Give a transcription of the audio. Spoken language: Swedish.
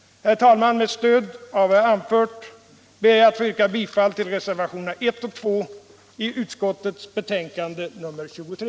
Herr talman! Med stöd av vad jag här anfört ber jag att få yrka bifall till reservationerna 1 och 2 i utskottets betänkande nr 23.